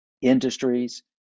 industries